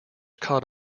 caught